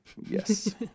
Yes